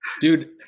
dude